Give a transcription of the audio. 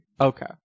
okay